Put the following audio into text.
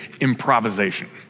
improvisation